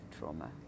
trauma